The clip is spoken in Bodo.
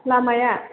लामाया